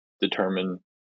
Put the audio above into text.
determine